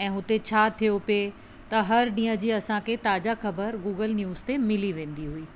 ऐं हुते छा थियो पिए त हर ॾींहं जी असांखे ताज़ा ख़बर गूगल न्यूज़ ते मिली वेंदी हुई